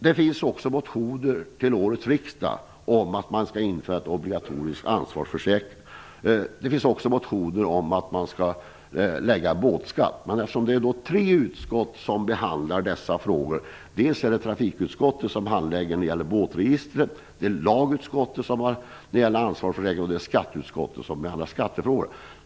Det finns motioner till årets riksdag om införande av en obligatorisk försäkring. Det finns också motioner om att införa en båtskatt. Det är tre utskott som behandlar dessa frågor. Det är dels trafikutskottet, som handlägger frågor om båtregistret, dels lagutskottet, som behandlar ansvarsregler, och dels skatteutskottet, som behandlar skattefrågor.